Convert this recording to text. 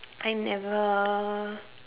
I never